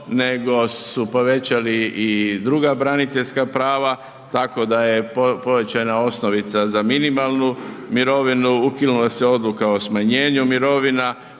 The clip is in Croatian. nego su povećali i druga braniteljska prava, tako da je povećana osnovica za minimalnu mirovinu, ukinula se odluka o smanjenu mirovina,